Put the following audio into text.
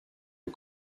aux